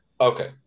Okay